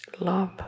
Love